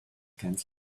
cancelled